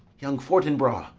young fortinbras,